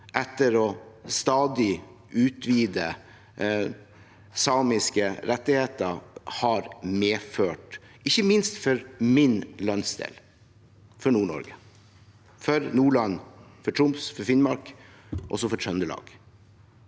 etter stadig å utvide samiske rettigheter har medført, ikke minst for min landsdel, for Nord-Norge: for Nordland, for Troms, for Finnmark – og også for Trøndelag.